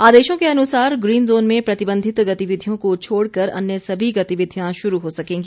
आदेशों के अनुसार ग्रीन जोन में प्रतिबंधित गतिविधियों को छोड़कर अन्य सभी गतिविधियां शुरू हो सकेंगी